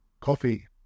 Coffee